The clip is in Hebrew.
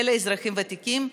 וגם לאזרחים ותיקים.